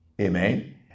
Amen